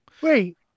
Wait